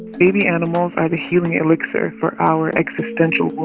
baby animals are the healing elixir for our existential wounds.